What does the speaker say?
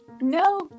No